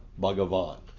Bhagavan